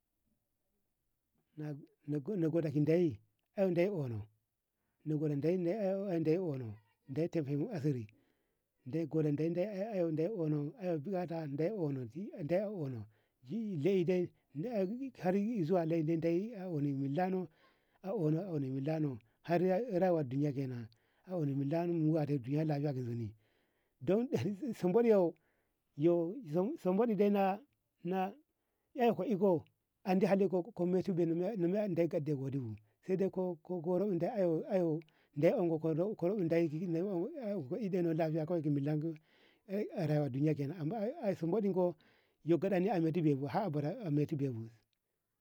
na gode deyi ey deyi unno na gode deyi ey deyi unno deyi femu asir deyi gonoto deyi unnom ey biyan bukata deyi unno ti deyi unno lai dehar zuwa lai de minllanoa uinno unno millano har rayuwa binne ye kenan a unno billa no mu atetu lafiya har zuwa ki zoni don somdoɗi yo- yo somboɗi yo- yo daina ey ko iko andi hali ka medtu bennobu sai dai ko ka eyko yo wo yo wo se de unno ki buno lafiya kawai gi milla su a rama binye kenan amman ae somboɗiko yo gadami somboɗii ko yo daɗani ae me ti bebu haba meitu bebu.